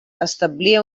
establia